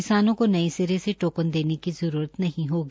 किसानों को नये सिरे से टोकन देने की जरूरत नहीं होगी